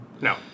No